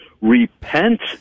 Repent